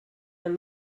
man